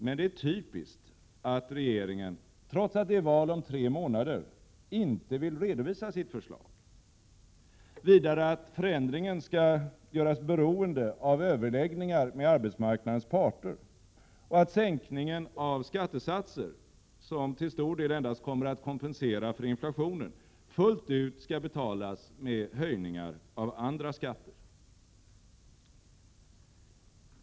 Men det är typiskt att regeringen trots att det är val om tre månader inte vill redovisa sitt förslag, vidare att förändringen skall göras beroende av överläggningar med arbetsmarknadens parter och att sänkningen av skattesatser, som till stor del endast kommer att kompensera för inflationen, fullt ut skall betalas med höjningar av andra skatter.